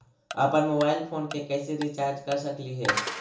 अप्पन mobile phone के कैसे रिचार्ज कर सकली हे?